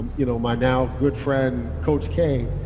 and you know my now good friend, coach k,